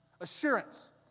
assurance